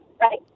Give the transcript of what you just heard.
right